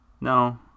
No